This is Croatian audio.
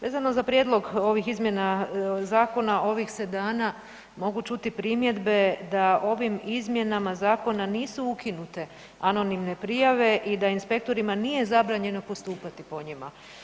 Vezano za prijedlog ovih izmjena zakona ovih se dana mogu čuti primjedbe da ovim izmjenama zakona nisu ukinute anonimne prijave i da inspektorima nije zabranjeno postupati po njima.